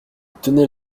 tenait